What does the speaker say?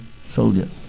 soldier